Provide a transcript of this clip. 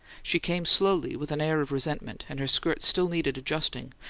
she came slowly, with an air of resentment and her skirt still needed adjusting,